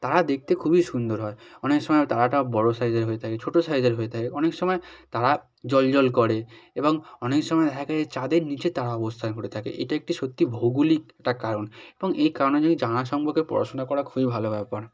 তারা দেখতে খুবই সুন্দর হয় অনেক সময় তারাটা বড় সাইজের হয়ে থাকে ছোটো সাইজের হয়ে থাকে অনেক সময় তারা জ্বলজ্বল করে এবং অনেক সময় দেখা গেছে চাঁদের নীচে তারা অবস্থান করে থাকে এটা একটি সত্যি ভৌগোলিক একটা কারণ এবং এই কারণে যদি জানা সম্পর্কে পড়াশোনা করা খুবই ভালো ব্যাপার